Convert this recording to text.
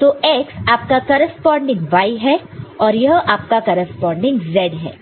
तो x आपका corresponding y है और यह आपका करेस्पॉनन्डिंग z है